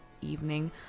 evening